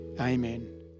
amen